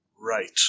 Right